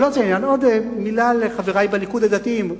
עוד מלה לחברי בליכוד הדתיים,